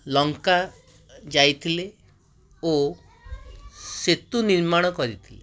ଲଙ୍କା ଯାଇଥିଲେ ଓ ସେତୁ ନିର୍ମାଣ କରିଥିଲେ